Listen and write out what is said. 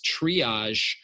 triage